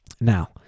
Now